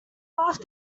bath